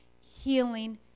healing